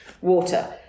water